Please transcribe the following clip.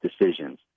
decisions